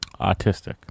Autistic